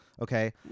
okay